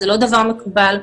זה לא דבר מקובל.